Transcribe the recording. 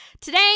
Today